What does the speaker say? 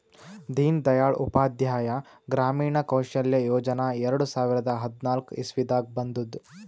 ದೀನ್ ದಯಾಳ್ ಉಪಾಧ್ಯಾಯ ಗ್ರಾಮೀಣ ಕೌಶಲ್ಯ ಯೋಜನಾ ಎರಡು ಸಾವಿರದ ಹದ್ನಾಕ್ ಇಸ್ವಿನಾಗ್ ಬಂದುದ್